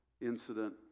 incident